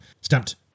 stamped